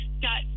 got